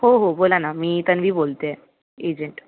हो हो बोला ना मी तन्वी बोलते आहे एजंट